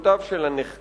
זכויותיו של הנחקר,